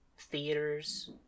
theaters